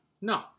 No